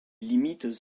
limites